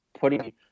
putting